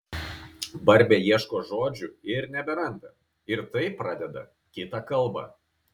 barbė ieško žodžių ir neberanda ir taip pradeda kitą kalbą